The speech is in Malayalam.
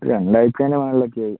രണ്ടാഴ്ച്ചയിനു മുകളിലൊക്കെയായി